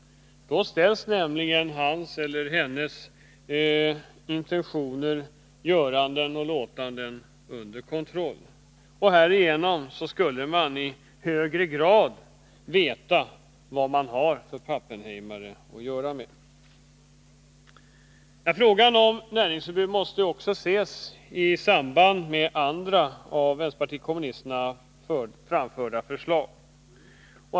Då ställs nämligen hans eller hennes intentioner, göranden och låtanden under kontroll, och härigenom skulle man i högre grad veta vad man har för pappenheimare att göra med. Frågan om näringsförbud måste också ses i samband med andra av vänsterpartiet kommunisterna framförda förslag.